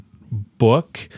book